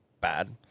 Bad